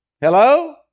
Hello